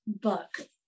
book